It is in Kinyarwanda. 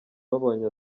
babonye